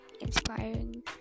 inspiring